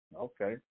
Okay